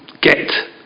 get